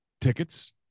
tickets